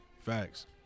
Facts